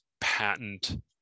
patent